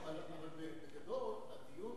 הדיון